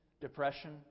depression